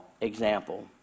Example